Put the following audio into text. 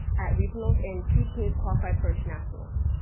at regionals and two teams qualified for internationals.